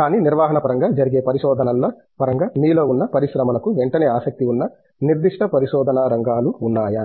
కానీ నిర్వహణ పరంగా జరిగే పరిశోధనల పరంగా మీలో ఉన్న పరిశ్రమలకు వెంటనే ఆసక్తి ఉన్న నిర్దిష్ట పరిశోధన రంగాలు ఉన్నాయా